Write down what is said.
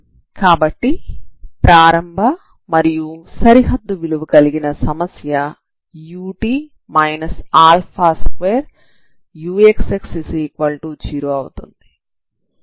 కాబట్టి ప్రారంభ మరియు సరిహద్దు విలువ కలిగిన సమస్య ut 2uxx0 అవుతుంది